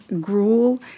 gruel